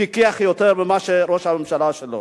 פיקח יותר מראש הממשלה שלו.